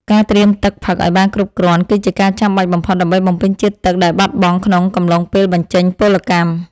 ការត្រៀមទឹកផឹកឱ្យបានគ្រប់គ្រាន់ គឺជាការចាំបាច់បំផុតដើម្បីបំពេញជាតិទឹកដែលបាត់បង់ក្នុងកំឡុងពេលបញ្ចេញពលកម្ម។